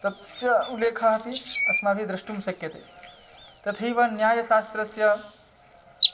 तस्य उल्लेखः अपि अस्माभिः द्रष्टुं शक्यते तथैव न्यायशास्त्रस्य